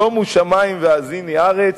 שומו שמים והאזיני ארץ,